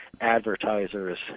advertisers